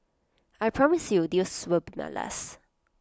I promise you this will be my last